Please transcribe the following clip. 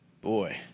Boy